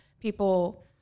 people